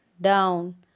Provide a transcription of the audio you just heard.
down